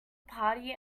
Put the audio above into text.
party